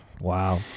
Wow